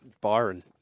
Byron